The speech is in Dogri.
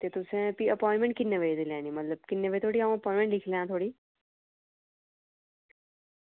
ते तुसें फ्ही अपाइटमेंट किन्ने बजे दी लैनी मतलब किन्ने बजे धोड़ी अ'ऊं अपाइटमेंट लिखां लैं थुआढ़ी